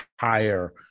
higher